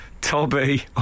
Toby